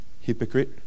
Hypocrite